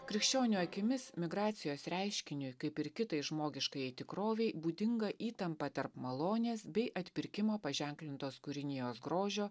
krikščionio akimis migracijos reiškiniui kaip ir kitai žmogiškajai tikrovei būdinga įtampa tarp malonės bei atpirkimo paženklintos kūrinijos grožio